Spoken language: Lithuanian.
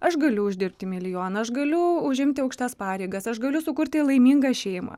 aš galiu uždirbti milijoną aš galiu užimti aukštas pareigas aš galiu sukurti laimingą šeimą